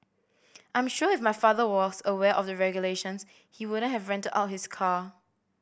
I'm sure if my father was aware of the regulations he wouldn't have rented out his car